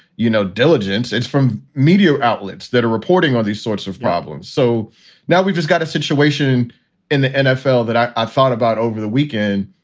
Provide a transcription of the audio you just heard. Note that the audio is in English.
you know, diligence. it's from media outlets that are reporting on these sorts of problems. so now we've just got a situation in the nfl that i i thought about over the weekend.